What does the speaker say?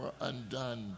undone